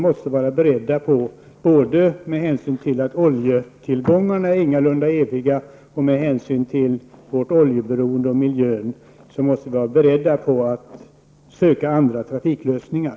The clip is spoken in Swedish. Med hänsyn till att oljetillgångarna ingalunda är eviga, vårt oljeberoende och miljön måste vi bara beredda på att söka andra trafiklösningar.